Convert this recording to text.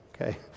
okay